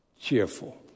cheerful